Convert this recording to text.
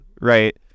right